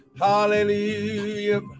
Hallelujah